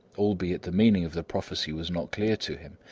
albeit the meaning of the prophecy was not clear to him,